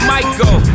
Michael